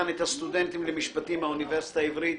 את הסטודנטים למשפטים מהאוניברסיטה העברית